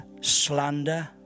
slander